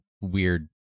weird